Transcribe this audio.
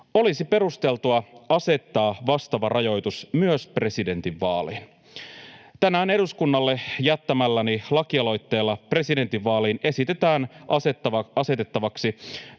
olisi perusteltua asettaa vastaava rajoitus myös presidentinvaaleihin. Tänään eduskunnalle jättämälläni lakialoitteella presidentinvaaleihin esitetään asetettavaksi